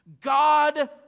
God